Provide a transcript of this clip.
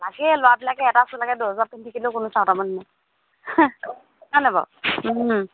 তাকেই ল'ৰাবিলাকে এটা চোলাকে দছবাৰ পিন্ধি থাকিলেও কোনো চাওটা মানুহ নাই হয়নে বাও